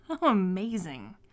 amazing